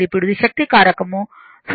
ఇప్పుడు ఇది శక్తి కారకం 0